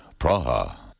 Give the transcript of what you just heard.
Praha